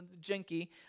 jinky